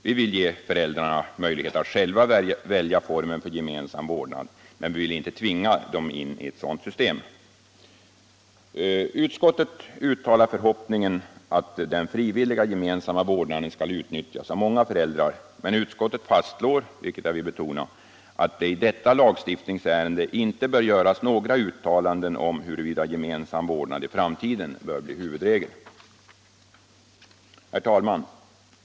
Vi vill ge föräldrarna möjlighet att själva välja formen för gemensam vårdnad, men vi vill inte tvinga dem in i ett sådant system. Utskottet uttalar förhoppningen att den frivilliga gemensamma vårdnaden skall utnyttjas av många föräldrar, men utskottet fastslår — vilket jag vill betona — att det i detta lagstiftningsärende inte bör göras några uttalanden om huruvida gemensam vårdnad i framtiden bör bli huvudregel. Herr talman!